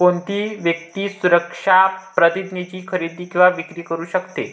कोणतीही व्यक्ती सुरक्षा प्रतिज्ञेची खरेदी किंवा विक्री करू शकते